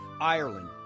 Ireland